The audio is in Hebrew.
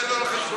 תן לו על חשבוני.